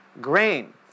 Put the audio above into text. grain